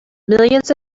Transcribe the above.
millions